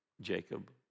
Jacob